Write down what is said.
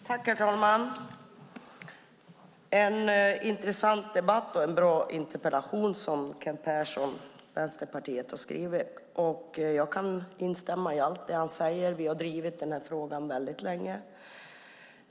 Herr talman! Det är en intressant debatt, och det är en bra interpellation som Kent Persson från Vänsterpartiet har skrivit. Jag kan instämma i allt han säger. Vi har drivit denna fråga väldigt länge.